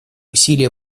усилия